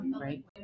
right